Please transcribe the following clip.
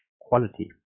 quality